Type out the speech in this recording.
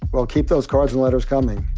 well, keep those cards and letters coming.